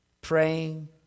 praying